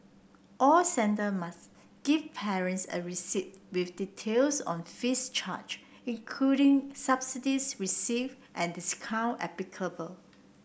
all centre must give parents a receipt with details on fees charged including subsidies received and discount applicable